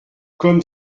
comme